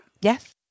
Yes